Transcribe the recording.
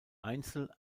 einzel